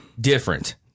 different